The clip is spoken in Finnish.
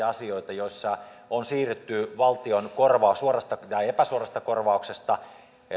asioita joissa on siirrytty valtion suorasta tai epäsuorasta korvauksesta